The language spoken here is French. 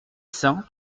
cents